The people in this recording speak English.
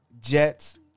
Jets